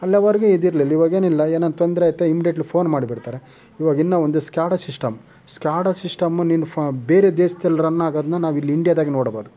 ಅಲ್ಲಿವರ್ಗೆ ಇದಿರಲಿಲ್ಲ ಇವಾಗೇನಿಲ್ಲ ಏನಾರು ತೊಂದರೆ ಆಯ್ತು ಇಮಿಡಿಯೆಟ್ಲಿ ಫೋನ್ ಮಾಡ್ಬಿಡ್ತಾರೆ ಇವಾಗ ಇನ್ನೂ ಒಂದು ಸ್ಕ್ಯಾಡಾ ಶಿಷ್ಟಮ್ ಸ್ಕ್ಯಾಡಾ ಶಿಷ್ಟಮ್ ನೀನು ಫ್ ಬೇರೆ ದೇಶದಲ್ಲಿ ರನ್ ಆಗೋದ್ನ ನಾವು ಇಲ್ಲಿ ಇಂಡಿಯಾದಾಗೆ ನೋಡಬೋದು